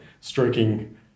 stroking